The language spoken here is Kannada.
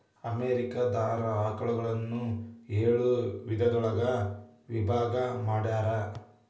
ಅಮೇರಿಕಾ ದಾರ ಆಕಳುಗಳನ್ನ ಏಳ ವಿಧದೊಳಗ ವಿಭಾಗಾ ಮಾಡ್ಯಾರ